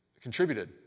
contributed